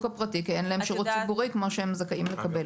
הפרטי כי אין להם שירות ציבורי כמו שהם זכאים לקבל.